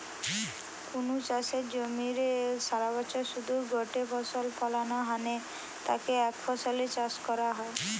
কুনু চাষের জমিরে সারাবছরে শুধু গটে ফসল ফলানা হ্যানে তাকে একফসলি চাষ কয়া হয়